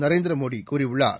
நரேந்திர மோடி கூறியுள்ளார்